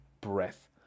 breath